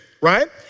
right